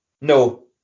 no